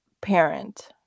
parent